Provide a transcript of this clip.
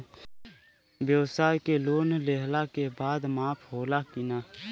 ब्यवसाय के लोन लेहला के बाद माफ़ होला की ना?